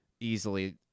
easily